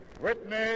Whitney